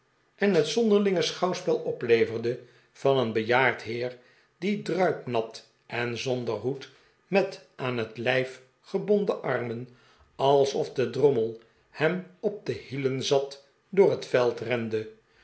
en het zonderlinge schouwspel opleverde van een bejaard heer die druipnat en zonder hoed met aan het lijf gebonden armen alsof de drommel hem op de hielen zat door het veld rende